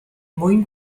mwyn